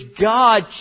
God